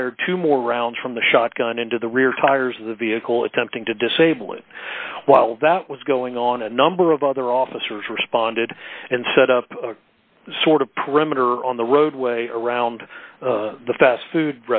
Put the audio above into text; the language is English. fired two more rounds from the shotgun into the rear tires of the vehicle attempting to disable it while that was going on a number of other officers responded and set up a sort of perimeter on the roadway around the fast food